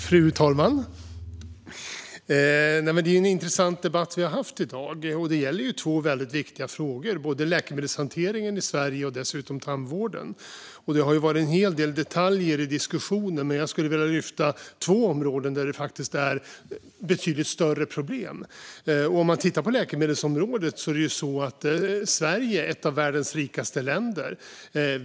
Fru talman! Det är en intressant debatt vi har haft i dag. Det gäller två väldigt viktiga frågor. Det är läkemedelshanteringen i Sverige och dessutom tandvården. Det har varit en hel del detaljer i diskussionen. Jag skulle vilja lyfta fram två områden där det är betydligt större problem. Låt oss titta på läkemedelsområdet. Sverige är ett av världens rikaste länder.